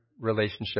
relationship